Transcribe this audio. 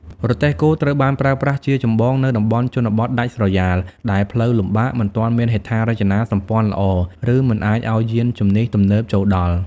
រទេះគោ ត្រូវបានប្រើប្រាស់ជាចម្បងនៅ តំបន់ជនបទដាច់ស្រយាល ដែលផ្លូវលំបាក មិនទាន់មានហេដ្ឋារចនាសម្ព័ន្ធល្អ ឬមិនអាចឱ្យយានជំនិះទំនើបចូលដល់ ។